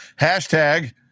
Hashtag